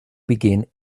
begin